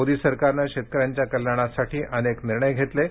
मोदी सरकारने शेतकऱ्यांच्या कल्याणासाठी अनेक निर्णय घेतले आहेत